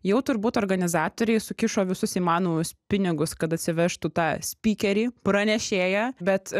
jau turbūt organizatoriai sukišo visus įmanomus pinigus kad atsivežtų tą spykerį pranešėją bet